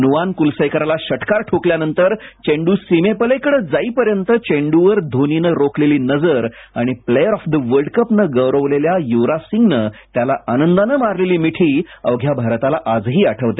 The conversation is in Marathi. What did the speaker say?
नुवान कुलसेकराला ष क्रिार ठोकल्यानंतर चेंडू सीमेपलीकडे जाईपर्यंत चेंडूवर धोनीने रोखलेली नजर आणि player of the world cup नं गौरवलेल्या युवराजसिंगनं त्याला आनंदाने मारलेली मिठी अवघ्या भारताला आजही आठवते